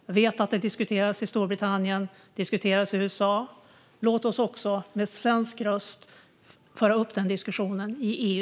Jag vet att det diskuteras i Storbritannien och i USA. Låt oss också med svensk röst föra upp den diskussionen i EU.